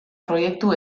proiektu